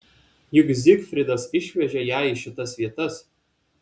juk zigfridas išvežė ją į šitas vietas